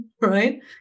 Right